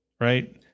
right